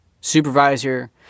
supervisor